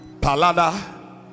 Palada